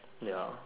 ya